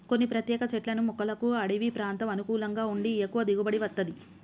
కొన్ని ప్రత్యేక చెట్లను మొక్కలకు అడివి ప్రాంతం అనుకూలంగా ఉండి ఎక్కువ దిగుబడి వత్తది